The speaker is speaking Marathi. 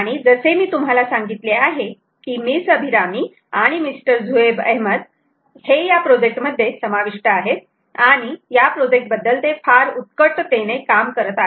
आणि जसे मी तुम्हाला सांगितले आहे की मिस अभिरामी आणि मिस्टर झूहैब अहमद हे या प्रोजेक्ट मध्ये समाविष्ट आहेत आणि या प्रोजेक्ट बद्दल ते फार उत्कटतेने काम करत आहेत